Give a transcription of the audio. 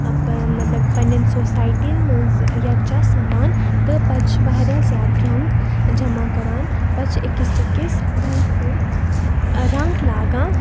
مطلب پنٕنٮ۪ن سوسایٹِیَن منٛز یَکجاہ سَمان تہٕ پَتہٕ چھِ واریاہ زیادٕ رَنٛگ جَمَع کَران پَتہٕ چھِ أکِس بیٚیِس رَنٛگ سۭتۍ رَنٛگ لاگان